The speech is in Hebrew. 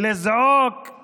לזעוק